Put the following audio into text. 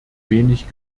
wenig